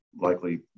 likely